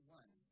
one